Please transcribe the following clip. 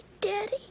daddy